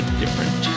different